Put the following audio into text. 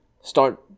start